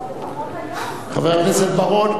חבר הכנסת בר-און,